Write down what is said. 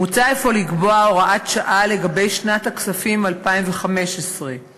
מוצע אפוא לקבוע הוראת שעה לגבי שנת הכספים 2015 המאפשרת